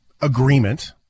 agreement